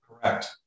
Correct